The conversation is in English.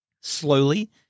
Slowly